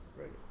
right